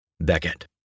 Beckett